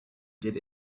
did